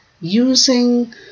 using